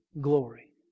glory